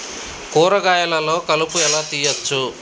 కూరగాయలలో కలుపు ఎలా తీయచ్చు?